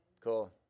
Cool